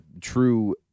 true